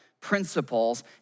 principles